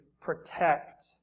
protect